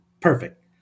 perfect